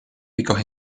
picos